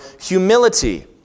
humility